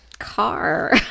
Car